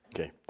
Okay